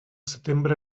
setembre